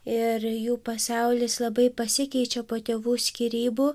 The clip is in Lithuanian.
ir jų pasaulis labai pasikeičia po tėvų skyrybų